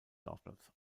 dorfplatz